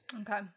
Okay